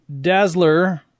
Dazzler